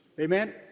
Amen